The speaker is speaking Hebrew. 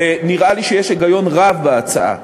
ונראה לי שיש היגיון רב בהצעה.